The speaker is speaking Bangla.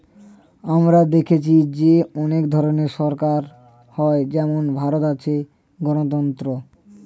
আমরা দেখেছি যে অনেক ধরনের সরকার হয় যেমন ভারতে আছে গণতন্ত্র